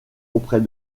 auprès